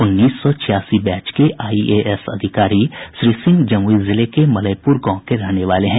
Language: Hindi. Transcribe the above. उन्नीस सौ छियासी बैच के आईएएस अधिकारी श्री सिंह जमुई जिले के मलयपुर गांव के रहने वाले हैं